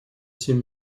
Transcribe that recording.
семь